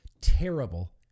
terrible